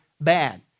bad